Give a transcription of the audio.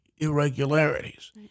irregularities